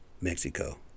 Mexico